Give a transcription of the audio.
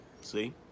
see